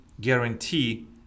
guarantee